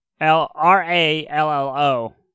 L-R-A-L-L-O